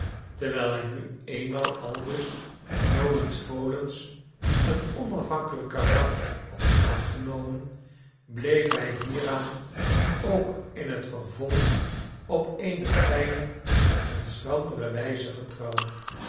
terwijl hij nu eenmaal aldus nolens volens een onafhankelijk karakter had aangenomen bleef hij hieraan ook in het vervolg op eene fijne en schrandere wijze getrouw